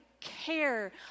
care